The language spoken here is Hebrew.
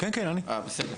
אה, בסדר.